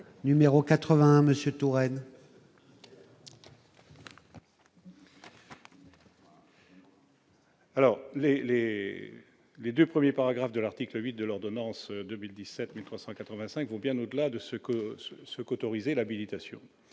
M. Jean-Louis Tourenne. Les deux premiers paragraphes de l'article 8 de l'ordonnance n° 2017-1385 vont bien au-delà de ce qu'autorisait l'habilitation.